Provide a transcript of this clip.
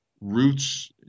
roots